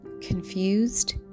Confused